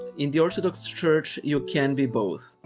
in the orthodox church, you can be both.